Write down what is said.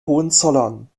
hohenzollern